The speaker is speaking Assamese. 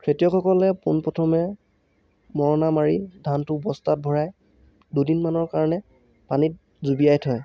খেতিয়কসকলে পোন প্ৰথমে মৰণা মাৰি ধানটো বস্তাত ভৰাই দুদিনমানৰ কাৰণে পানীত জুবিয়াই থয়